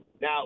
Now